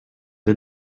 the